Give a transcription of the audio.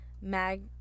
mag